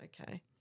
Okay